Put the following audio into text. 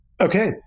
Okay